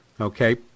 Okay